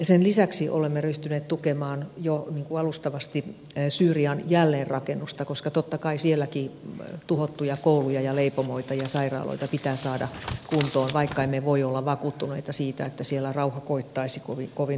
sen lisäksi olemme ryhtyneet tukemaan jo alustavasti syyrian jälleenrakennusta koska totta kai sielläkin tuhottuja kouluja ja leipomoita ja sairaaloita pitää saada kuntoon vaikka emme voi olla vakuuttuneita siitä että siellä rauha koittaisi kovin nopeasti